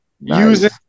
using